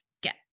get